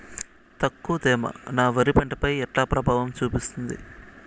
తక్కువ తేమ నా వరి పంట పై ఎట్లా ప్రభావం చూపిస్తుంది?